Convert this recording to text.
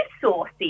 saucy